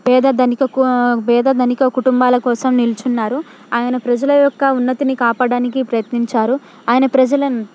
పేద ధనిక కూ పేద ధనిక కుటుంబాల కోసం నిలుచున్నారు ఆయన ప్రజల యొక్క ఉన్నతిని కాపాడటానికి ప్రయత్నించారు ఆయన ప్రజలను